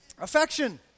Affection